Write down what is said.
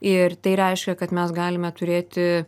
ir tai reiškia kad mes galime turėti